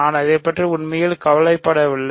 நான் அதைப் பற்றி உண்மையில் கவலைப்படவில்லை